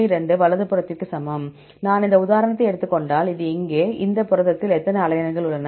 2 வலதுபுறத்திற்கு சமம் நான் இந்த உதாரணத்தை எடுத்துக் கொண்டால் இது இங்கே இந்த புரதத்தில் எத்தனை அலனைன்கள் உள்ளன